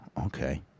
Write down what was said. okay